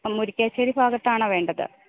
മുരിക്കാശ്ശേരി ഭാഗത്താണോ വേണ്ടത്